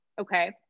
Okay